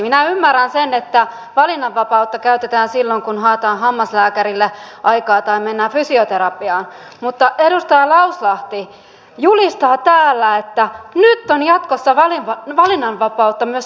minä ymmärrän sen että valinnanvapautta käytetään silloin kun haetaan hammaslääkärille aikaa tai mennään fysioterapiaan mutta edustaja lauslahti julistaa täällä että nyt on jatkossa valinnanvapautta myös lastensuojelun lapsille